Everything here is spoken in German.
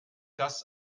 das